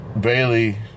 bailey